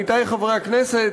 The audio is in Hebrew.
עמיתי חברי הכנסת,